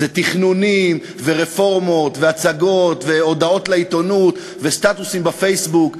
זה תכנונים ורפורמות והצגות והודעות לעיתונות וסטטוסים בפייסבוק.